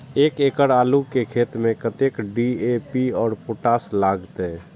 एक एकड़ आलू के खेत में कतेक डी.ए.पी और पोटाश लागते?